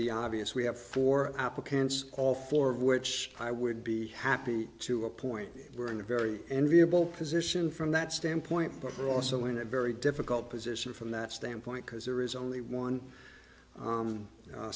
the obvious we have four applicants all four of which i would be happy to appoint were in a very enviable position from that standpoint but we're also in a very difficult position from that standpoint because there is only one